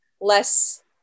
less